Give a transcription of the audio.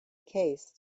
case